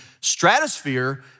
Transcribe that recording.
stratosphere